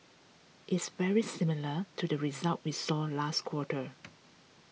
it's very similar to the results we saw last quarter